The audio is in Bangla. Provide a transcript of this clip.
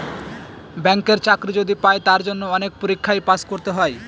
ব্যাঙ্কের চাকরি যদি পাই তার জন্য অনেক পরীক্ষায় পাস করতে হয়